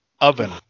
oven